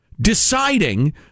deciding